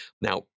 now